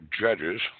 judges